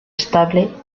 estable